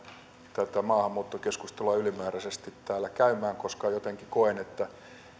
tätä maahanmuuttokeskustelua ylenmääräisesti täällä käymään koska jotenkin koen että